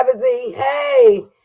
hey